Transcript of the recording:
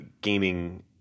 gaming